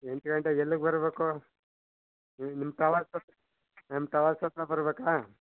ಎಂಟು ಗಂಟೆಗೆ ಎಲ್ಲಿಗೆ ಬರಬೇಕು ನ್ ನಿಮ್ಮ ಟಾವಲ್ಸ್ ಹತ್ರ ನಿಮ್ಮ ಟಾವಲ್ಸ್ ಹತ್ತಿರ ಬರಬೇಕ